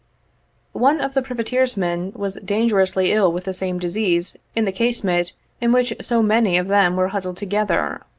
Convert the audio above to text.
one of the privateersmen was dangerously ill with the same disease in the casemate in which so many of them were huddled together.